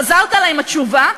חזרת אלי עם התשובה,